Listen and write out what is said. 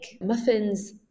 muffins